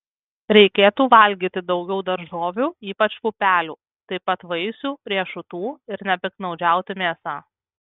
reikėtų valgyti daugiau daržovių ypač pupelių taip pat vaisių riešutų ir nepiktnaudžiauti mėsa